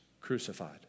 Crucified